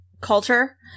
culture